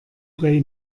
ray